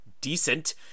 decent